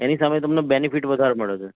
એની સામે તમને બેનિફિટ વધારે મળે છે